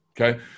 okay